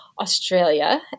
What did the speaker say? Australia